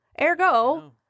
ergo